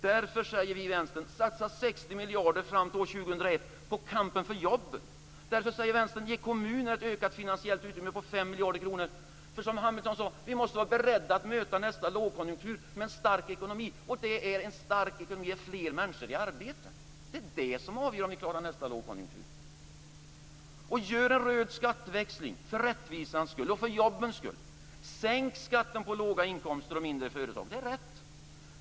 Därför säger vi i Vänstern: Satsa 60 miljarder fram till år 2001 på kampen för jobben. Därför säger Vänstern: Ge kommunerna ett ökat finansiellt utrymme på 5 miljarder kronor för, som Hamilton sade, vi måste vara beredda att möta nästa lågkonjunktur med en stark ekonomi. Det är en stark ekonomi när fler människor är i arbete. Det är det som avgör om vi klarar nästa lågkonjunktur. Gör en röd skatteväxling för rättvisans och jobbens skull. Sänk skatten på låga inkomster och för mindre företag. Det är rätt.